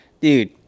Dude